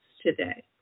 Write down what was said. today